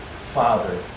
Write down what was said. Father